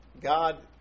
God